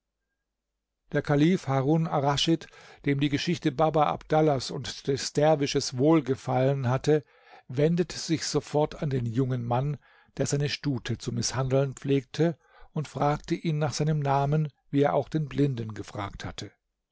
der kalif harun arraschid dem die geschichte baba abdallahs und des derwisches wohlgefallen hatte wendete sich sofort an den jungen mann der seine stute zu mißhandeln pflegte und fragte ihn nach seinem namen wie er auch den blinden gefragt hatte